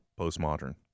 postmodern